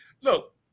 Look